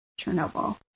Chernobyl